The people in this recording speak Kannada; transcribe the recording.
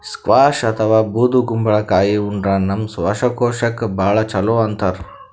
ಸ್ಕ್ವ್ಯಾಷ್ ಅಥವಾ ಬೂದ್ ಕುಂಬಳಕಾಯಿ ಉಂಡ್ರ ನಮ್ ಶ್ವಾಸಕೋಶಕ್ಕ್ ಭಾಳ್ ಛಲೋ ಅಂತಾರ್